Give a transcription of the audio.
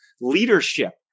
Leadership